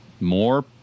more